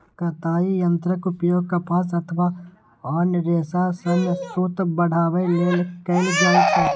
कताइ यंत्रक उपयोग कपास अथवा आन रेशा सं सूत बनबै लेल कैल जाइ छै